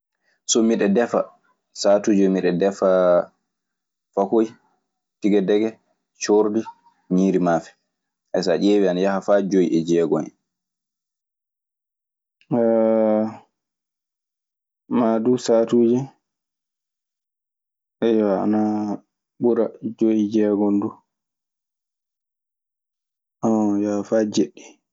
So miɗo defa, satuji miɗo defa fakoye, tigadege, ciordi, ŋiiri mafa. Hen so a diewi ana haya fa joyi e diegon hen. ɗii kileeji du kileeji goɗɗi ana ngoodi tawtude ɗun. maa du sahaatuji, aywa, ana ɓura nayi, joyi du. Ana yaha faa jeeɗiɗi.